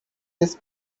this